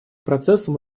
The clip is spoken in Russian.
процессом